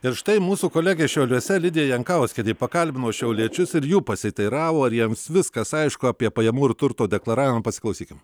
ir štai mūsų kolegė šiauliuose lidija jankauskienė pakalbino šiauliečius ir jų pasiteiravo ar jiems viskas aišku apie pajamų ir turto deklaravimą pasiklausykim